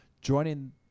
joining